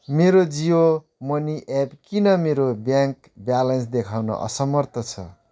मेरो Jio money app किन मेरो ब्याङ्क ब्यालेन्स देखाउन असमर्थ छ